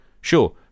Sure